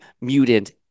mutant